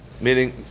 Meaning